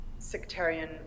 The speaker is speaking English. sectarian